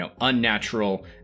unnatural